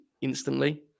instantly